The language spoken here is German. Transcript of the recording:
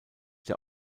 der